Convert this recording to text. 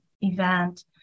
event